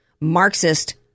Marxist